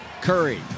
Curry